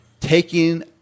taking